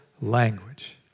language